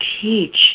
teach